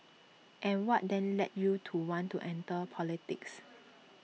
and what then led you to want to enter politics